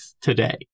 today